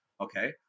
Okay